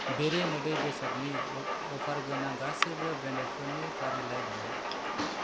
बेरे मोदै बेसादनि अफार गोनां गासैबो ब्रेन्डफोरनि फारिलाइ बानाय